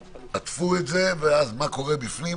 עטפו את זה, ואז מה קורה בפנים?